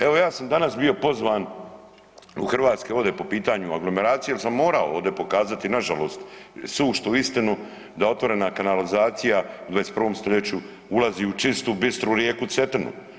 Evo ja sam danas bio pozvan u Hrvatske vode po pitanju aglomeracije jer sam morao ovdje pokazati na žalost suštu istinu da otvorena kanalizacija u 21. stoljeću ulazi u čistu, bistru rijeku Cetinu.